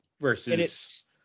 Versus